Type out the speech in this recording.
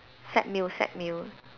set meal set meal